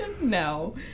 No